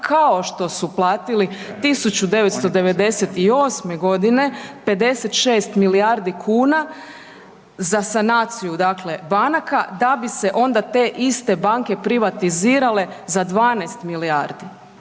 kao što su platili 1998. godine 56 milijardi kuna za sanaciju banaka da bi se onda te iste banke privatizirale za 12 milijardi.